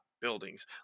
buildings